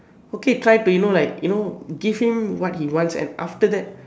okay try to you know like you know give what he wants and after that